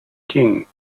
king